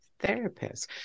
therapists